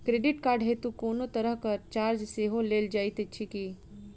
Credit card हेतु कोनो तरहक चार्ज सेहो लेल जाइत अछि की?